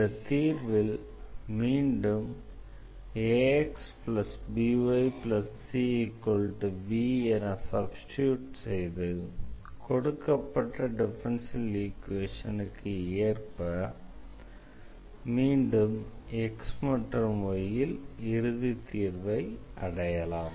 இந்த தீர்வில் மீண்டும் axbycv என சப்ஸ்டிடியூட் செய்து கொடுக்கப்பட்ட டிஃபரன்ஷியல் ஈக்வேஷனுக்கு ஏற்ப மீண்டும் x மற்றும் y ல் இறுதி தீர்வை அடையலாம்